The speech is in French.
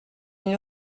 une